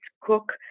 cook